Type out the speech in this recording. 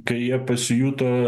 kai jie pasijuto